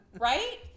right